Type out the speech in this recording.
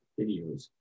videos